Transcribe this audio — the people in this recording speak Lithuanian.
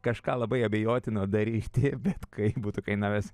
kažką labai abejotino daryti bet kai būtų kainavęs